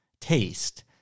taste